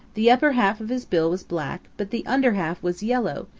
the upper half of his bill was black, but the under half was yellow,